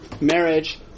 marriage